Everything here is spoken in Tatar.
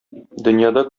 дөньяда